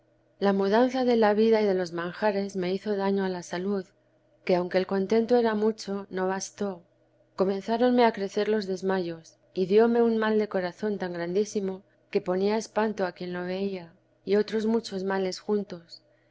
la mudanza de la vida y de los manjares me hizo daño a la salud que aunque el contento era mucho no bastó comenzáronme a crecer los desmayos y dióme un mal de corazón tan grandísimo que ponía espanto a quien lo veía y otros muchos males juntos